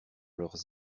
leurs